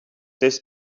this